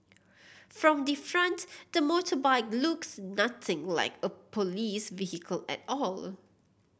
from the front the motorbike looks nothing like a police vehicle at all